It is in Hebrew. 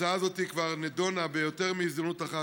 ההצעה הזאת כבר נדונה ביותר מהזדמנות אחת.